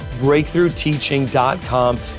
BreakthroughTeaching.com